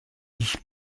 ich